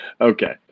okay